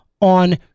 on